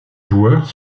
joueurs